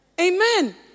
Amen